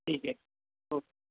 ठीक आहे ओ